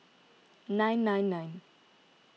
nine nine nine